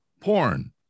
porn